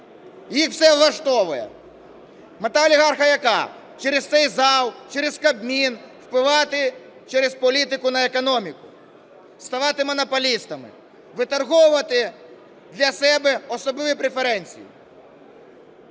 Їх все влаштовує. Мета олігарха, яка? Через цей зал, через Кабмін впливати через політику на економіку, ставати монополістами, виторговувати для себе особливі преференції.